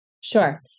Sure